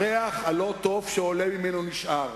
הריח הלא-טוב שעולה ממנו נשאר.